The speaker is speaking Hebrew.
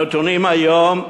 הנתונים היום,